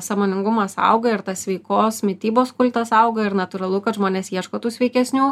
sąmoningumas auga ir tas sveikos mitybos kultas auga ir natūralu kad žmonės ieško tų sveikesnių